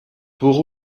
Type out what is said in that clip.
pour